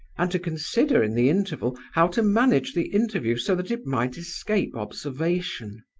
and to consider in the interval how to manage the interview so that it might escape observation.